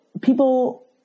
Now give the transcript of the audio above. people